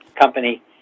company